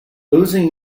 losing